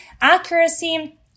accuracy